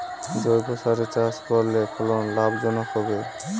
জৈবসারে চাষ করলে ফলন লাভজনক হবে?